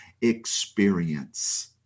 experience